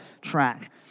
track